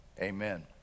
Amen